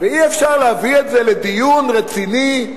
ואי-אפשר להביא את זה לדיון רציני,